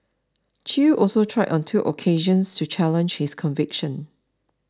Chew also tried on two occasions to challenge his conviction